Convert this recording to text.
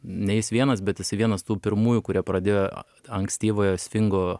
ne jis vienas bet jisai vienas tų pirmųjų kurie pradėjo ankstyvojo svingo